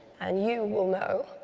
and you will know,